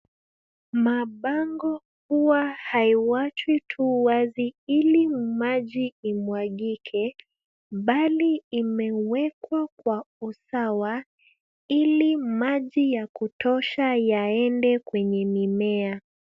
Mabango huwa hawachwi tu wazi ili maji imwagike bali imewekwa kwa usawa ili maji ya kutosha yaende kwenye mimea.